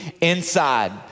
inside